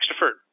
deferred